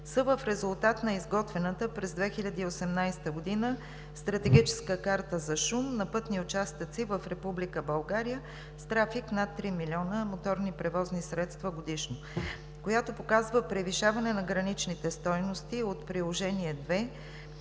са в резултат на изготвената през 2018 г. „Стратегическа карта за шум на пътни участъци в Република България с трафик над 3 милиона моторни превозни средства годишно“, която показва превишаване на граничните стойности от Приложение №